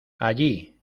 allí